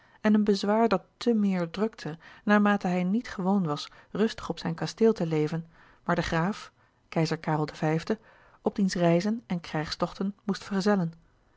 en een bezwaar dat te meer drukte naarmate hij niet gewoon was rustig op zijn kasteel te leven maar den graaf keizer karel v op diens reizen en krijgstochten moest verzellen